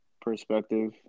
perspective